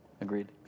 Agreed